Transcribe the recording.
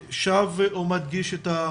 לצערנו אנחנו משרד קטן, אז לא,